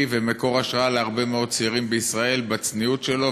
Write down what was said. ומקור השראה להרבה מאוד צעירים בישראל בצניעות שלו,